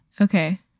Okay